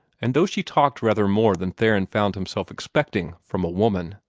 and though she talked rather more than theron found himself expecting from a woman,